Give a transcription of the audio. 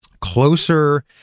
closer